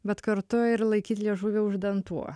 bet kartu ir laikyt liežuvį už dantų